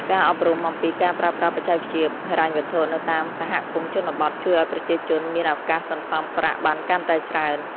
ការអប់រំអំពីការប្រើប្រាស់បច្ចេកវិទ្យាហិរញ្ញវត្ថុនៅតាមសហគមន៍ជនបទជួយឱ្យប្រជាជនមានឱកាសសន្សំប្រាក់បានកាន់តែច្រើន។